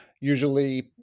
usually